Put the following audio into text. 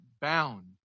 bound